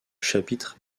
chapitre